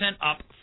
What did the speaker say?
up